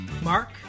Mark